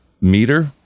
meter